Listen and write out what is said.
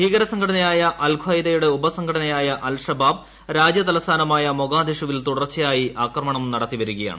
ഭീകര സംഘടനയായ അൽ ക്വയ്ദയുടെ ഉപസംഘടനയായ അൽ ഷബാബ് രാജ്യതലസ്ഥാനമായ മൊഗാദിഷുവിൽ തുടർച്ചയായി ആക്രമണം നടത്തിവരികയാണ്